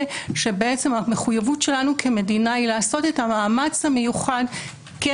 שבעצם המחויבות שלנו כמדינה היא לעשות את המאמץ המיוחד כן